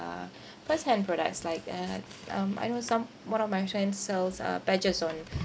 first hand products like uh um I know some one of my friend sells uh badges on